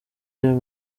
ayo